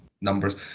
numbers